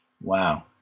wow